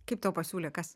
kaip tau pasiūlė kas